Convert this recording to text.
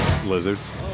Lizards